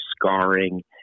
scarring